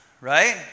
right